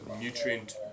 nutrient